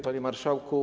Panie Marszałku!